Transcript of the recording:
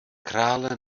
krále